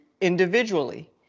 individually